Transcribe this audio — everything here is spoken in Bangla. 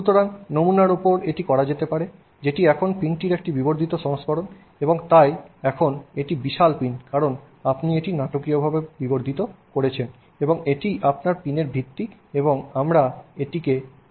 সুতরাং নমুনার উপর এটি করা যেতে পারে যেটি এখন পিনটির একটি বিবর্ধিত সংস্করণ তাই এখন এটি বিশাল পিন কারণ আপনি এটি নাটকীয়ভাবে বিবর্ধিত করেছেন এবং এটিই আপনার পিনের ভিত্তি এবং আমরা এটি 25000 গুন বিবর্ধিত করেছি